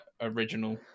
original